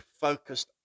focused